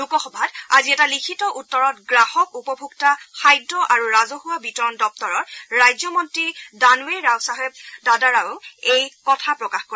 লোকসভাত আজি এটা লিখিত উত্তৰত গ্ৰাহক উপভোক্তা খাদ্য আৰু ৰাজহুৱা বিতৰণ দপ্তৰৰ ৰাজ্যমন্ত্ৰী দানৱে ৰাওচাহেব দাদাৰাৱই এই কথা প্ৰকাশ কৰে